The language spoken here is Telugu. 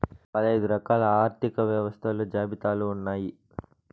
పదైదు రకాల ఆర్థిక వ్యవస్థలు జాబితాలు ఉన్నాయి